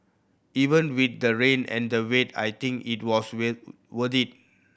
even with the rain and the wait I think it was with worth it